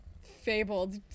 fabled